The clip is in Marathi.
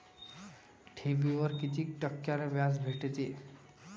ठेवीवर कितीक टक्क्यान व्याज भेटते?